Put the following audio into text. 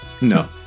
No